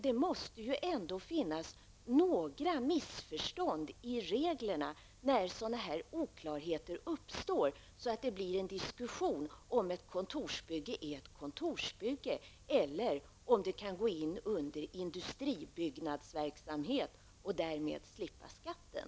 Det måste ändå finnas några svagheter i reglerna, eftersom det uppstår sådana här oklarheter och det blir en diskussion om huruvida ett kontorsbygge är ett kontorsbygge eller om det kan gå in under industribyggnadsverksamhet och därmed slippa skatten.